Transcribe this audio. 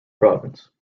province